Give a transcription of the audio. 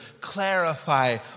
clarify